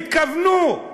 התכוונו.